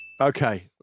Okay